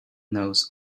knows